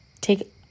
Take